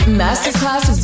masterclass